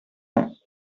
ans